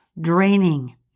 draining